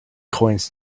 coins